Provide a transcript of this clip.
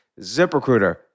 ZipRecruiter